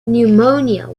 pneumonia